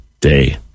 Day